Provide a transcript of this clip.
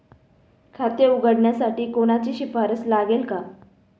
खाते उघडण्यासाठी कोणाची शिफारस लागेल का?